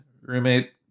roommate